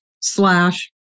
slash